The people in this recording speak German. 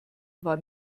war